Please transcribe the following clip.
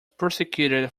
prosecuted